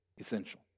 essential